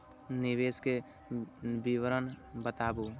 निवेश के विवरण बताबू?